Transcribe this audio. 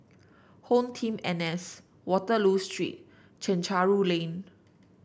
HomeTeam N S Waterloo Street Chencharu Lane